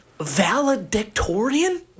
Valedictorian